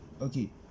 okay